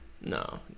no